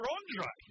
Andre